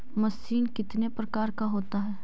Machine कितने प्रकार का होता है?